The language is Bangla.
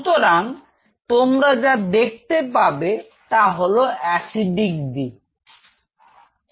সুতরাং তোমরা যা দেখতে পাবে তা হল অ্যাসিডিক দিক